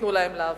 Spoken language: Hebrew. שייתנו להם לעבוד.